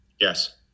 Yes